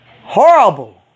horrible